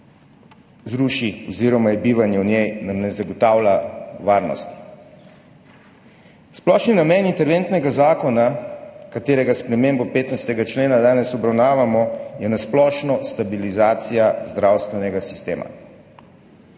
zruši oziroma nam bivanje v njej ne zagotavlja varnosti. Splošni namen interventnega zakona, katerega spremembo 15. člena danes obravnavamo, je na splošno stabilizacija zdravstvenega sistema.